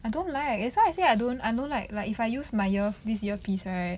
I don't like that's why I say I don't I don't like like if I use my ear~ this earpiece right